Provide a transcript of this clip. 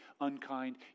unkind